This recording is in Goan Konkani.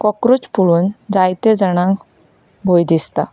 कोक्रोच पळोवन जायत्या जाणांक भंय दिसता